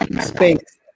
space